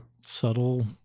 subtle